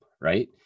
right